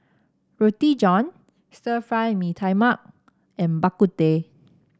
Roti John Stir Fry Mee Tai Mak and Bak Kut Teh